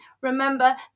remember